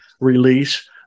release